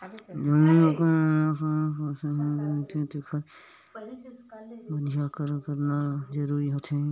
जउन बोकरा ल मांस बर पोसे गे रहिथे तेखर बधियाकरन करना जरूरी होथे